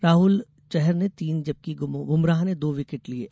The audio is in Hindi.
राहुल चहर ने तीन जबकि बुमराह ने दो विकेट लिये